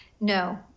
No